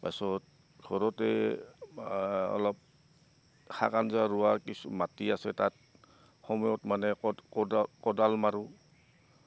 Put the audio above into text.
পাছত ঘৰতে অলপ শাক আঞ্জা ৰোৱা কিছু মাটি আছে তাত সময়ত মানে কদ কোদা কোদাল মাৰোঁ